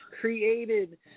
created